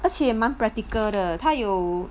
而且蛮 practical 的他有